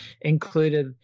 included